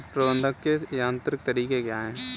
कीट प्रबंधक के यांत्रिक तरीके क्या हैं?